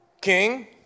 King